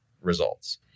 results